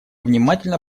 внимательно